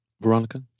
Veronica